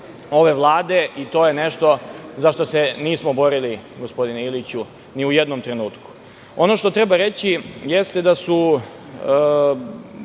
ove Vlade i to je nešto za šta se nismo borili, gospodine Iliću, ni u jednom trenutku. Ono što treba reći jeste da su